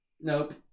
nope